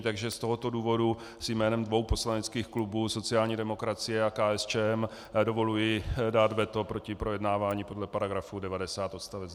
Z tohoto důvodu si jménem dvou poslaneckých klubů, sociální demokracie a KSČM, dovoluji dát veto proti projednávání podle § 90 odst.